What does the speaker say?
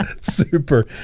super